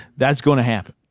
that's gonna happen.